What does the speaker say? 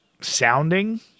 Sounding